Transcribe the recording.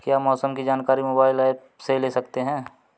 क्या मौसम की जानकारी मोबाइल ऐप से ले सकते हैं?